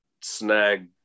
snag